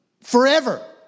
forever